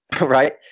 right